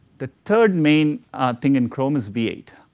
the third main thing in chrome is v eight.